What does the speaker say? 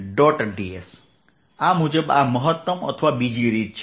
ds આ મુજબ આ મહત્તમ અથવા બીજી રીત છે